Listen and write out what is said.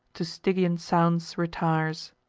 to stygian sounds retires.